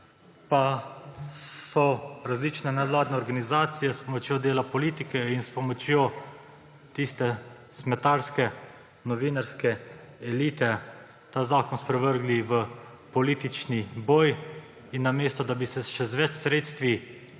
pa so različne nevladne organizacije s pomočjo dela politike in s pomočjo tiste smetarske novinarske elite ta zakon sprevrgli v politični boj in namesto da bi se še z več sredstvi